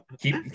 Keep